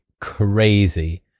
crazy